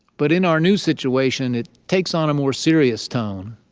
but in our new situation, it takes on a more serious tone.